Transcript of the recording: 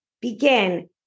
begin